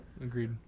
Agreed